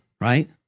right